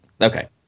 Okay